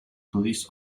police